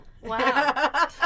Wow